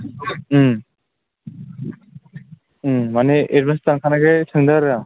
माने एडभान्स दानखानायखाय सोंदों आरो आं